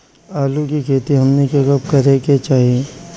आलू की खेती हमनी के कब करें के चाही?